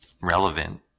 relevant